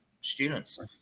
students